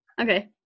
Okay